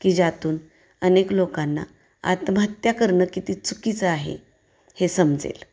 की ज्यातून अनेक लोकांना आत्महत्या करणं किती चुकीचं आहे हे समजेल